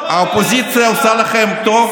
האופוזיציה עושה לכם טוב,